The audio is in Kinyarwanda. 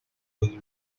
bazima